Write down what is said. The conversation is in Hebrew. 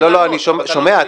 לא לא, אני שומע.